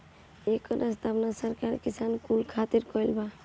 एकर स्थापना सरकार किसान कुल खातिर कईले बावे